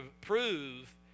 prove